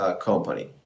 company